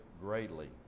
greatly